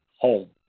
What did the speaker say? home